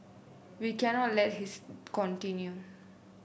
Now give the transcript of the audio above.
we cannot let his continue